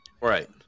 right